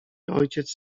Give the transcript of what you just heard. ojciec